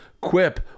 Quip